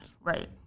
Right